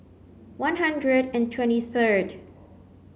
one hundred and twenty third